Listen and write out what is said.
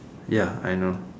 ya I know